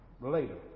later